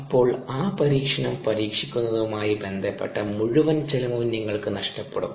അപ്പോൾ ആ പരീക്ഷണം പരീക്ഷിക്കുന്നതുമായി ബന്ധപ്പെട്ട മുഴുവൻ ചെലവും നിങ്ങൾക്ക് നഷ്ടപ്പെടും